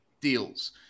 deals